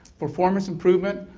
performance improvement,